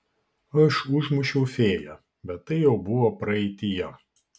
aš užmušiau fėją bet tai jau buvo praeityje